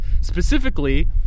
Specifically